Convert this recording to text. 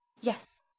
Yes